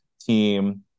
team